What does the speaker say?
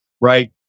right